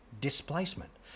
displacement